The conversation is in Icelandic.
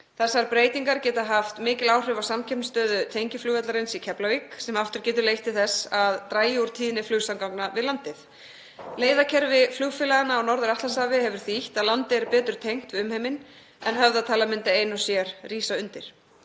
Þessar breytingar geta haft mikil áhrif á samkeppnisstöðu tengiflugvallarins í Keflavík sem aftur getur leitt til þess að það dragi úr tíðni flugsamgangna við landið. Leiðakerfi flugfélaganna á Norður-Atlantshafi hefur þýtt að landið er betur tengt við umheiminn en höfðatalan myndi ein og sér rísa undir.